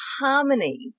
harmony